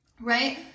right